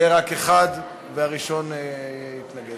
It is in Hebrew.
יהיה רק אחד, והראשון יתנגד.